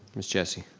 miss jessie.